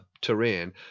terrain